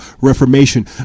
reformation